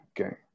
Okay